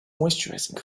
moisturising